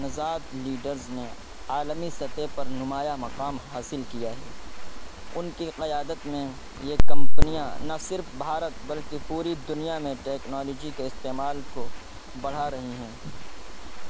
نژاد لیڈرز نے عالمی سطح پر نمایاں مقام حاصل کیا ہے ان کی قیادت میں یہ کمپنیاں نہ صرف بھارت بلکہ پوری دنیا میں ٹیکنالوجی کے استعمال کو بڑھا رہی ہیں